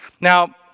Now